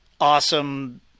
awesome